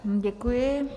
Děkuji.